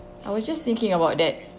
I was just thinking about that